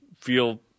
feel